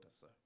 sir